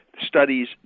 Studies